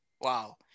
wow